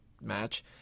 match